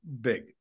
big